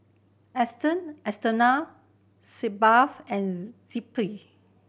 esteem Sitz Bath and Zappy